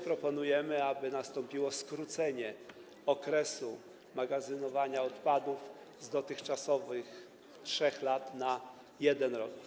Proponujemy również, aby nastąpiło skrócenie okresu magazynowania odpadów z dotychczasowych 3 lat do 1 roku.